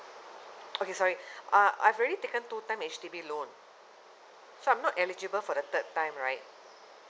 okay sorry uh I've already taken two time H_D_B loan so I'm not eligible for the third time right